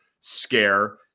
scare